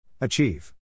Achieve